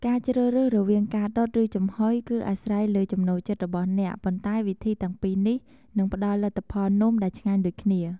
ការជ្រើសរើសរវាងការដុត ឬចំហុយ គឺអាស្រ័យលើចំណូលចិត្តរបស់អ្នក ប៉ុន្តែវិធីទាំងពីរនេះ នឹងផ្ដល់លទ្ធផលនំដែលឆ្ងាញ់ដូចគ្នា។